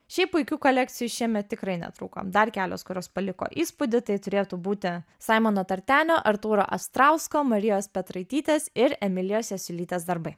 šiaip puikių kolekcijų šiemet tikrai netrūko dar kelios kurios paliko įspūdį tai turėtų būti saimono tartenio artūro astrausko marijos petraitytės ir emilijos esiulytės darbai